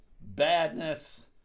badness